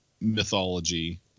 mythology